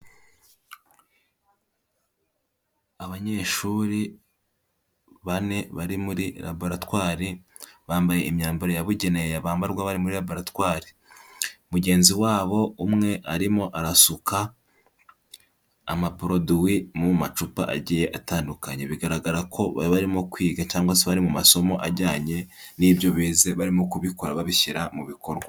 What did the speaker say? Abanyeshuri bane bari muri raboratwari, bambaye imyambaro yabugene bambarwa bari muri raboratwari, mugenzi wabo umwe arimo arasuka amaporoduwi mu macupa agiye atandukanye, bigaragara ko baba barimo kwiga cyangwa se bari mu masomo ajyanye n'ibyo bize barimo kubikora babishyira mu bikorwa.